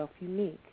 unique